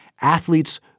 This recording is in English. Athletes